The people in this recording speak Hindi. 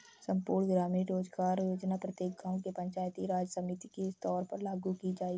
संपूर्ण ग्रामीण रोजगार योजना प्रत्येक गांव के पंचायती राज समिति के तौर पर लागू की जाएगी